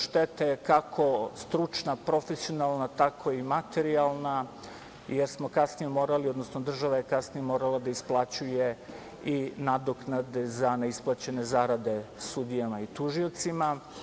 Šteta je kako stručna, profesionalna, tako i materijalna, jer smo kasnije morali, odnosno država je kasnije morala da isplaćuje i nadoknade za neisplaćene zarade sudijama i tužiocima.